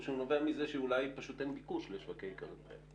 או שהוא נובע מזה שאולי פשוט אין ביקוש לשווקי איכרים כאלה.